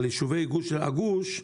אבל יישובי הגוש,